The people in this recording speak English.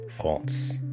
France